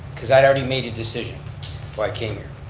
cause i already made a decision before i came here.